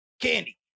candy